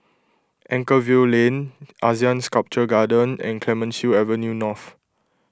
Anchorvale Lane Asean Sculpture Garden and Clemenceau Avenue North